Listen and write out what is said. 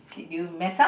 did did you mess up